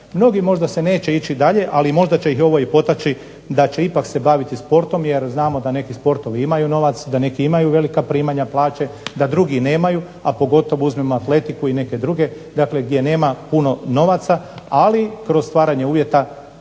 Mnogi možda neće ići dalje, a možda će ih ovo potaći da ipak se bave sportom jer znamo da neki sportovi imaju novac, da neki imaju velika primanja plaće, da drugi nemaju pogotovo uzmimo atletiku i neke druge gdje nema puno novaca ali kroz stvaranje uvjeta